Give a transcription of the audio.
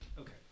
Okay